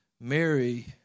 Mary